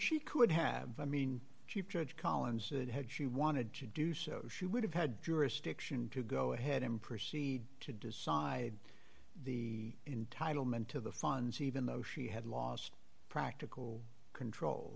she could have i mean she judged collins that had she wanted to do so she would have had jurisdiction to go ahead and proceed to decide the entitlement to the funds even though she had lost practical control